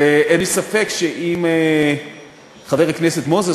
אין לי ספק שאם חבר הכנסת מוזס,